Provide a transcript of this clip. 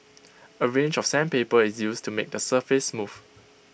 A range of sandpaper is used to make the surface smooth